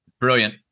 Brilliant